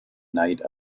night